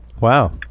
Wow